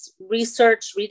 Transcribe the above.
research